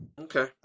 Okay